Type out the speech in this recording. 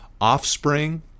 offspring